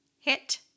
hit